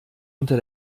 unter